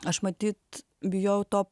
aš matyt bijojau to